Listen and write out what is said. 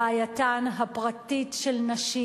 בעייתן הפרטית של נשים.